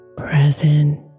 Present